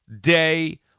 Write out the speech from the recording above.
day